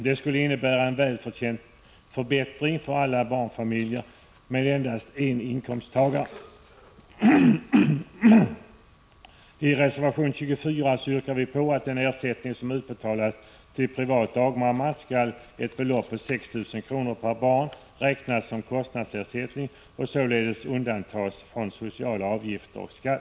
Detta skulle innebära en välförtjänt förbättring för alla barnfamiljer med endast en inkomsttagare. I reservation 24 yrkar vi att 6 000 kr. per barn av den ersättning som utbetalas till privat dagmamma skall räknas som kostnadsersättning och således undantas från sociala avgifter och skatt.